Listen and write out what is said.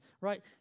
Right